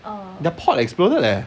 their port exploded leh